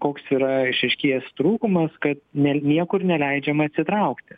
koks yra išaiškėjęs trūkumas kad ne niekur neleidžiama atsitraukti